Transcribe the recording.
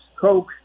Coke